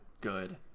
good